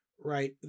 right